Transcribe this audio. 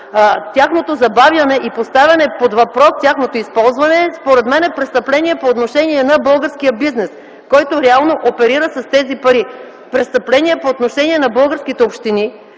млн. евро и поставяне под въпрос тяхното използване, според мен е престъпление по отношение на българския бизнес, който реално оперира с тези пари, престъпление по отношение на българските общини,